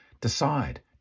Decide